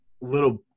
little